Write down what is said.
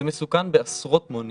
זה מסוכן בעשרות מונים